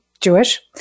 Jewish